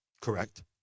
Correct